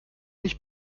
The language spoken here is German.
mich